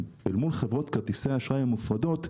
אל מול חברות כרטיסי האשראי המופרדות,